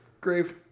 Grave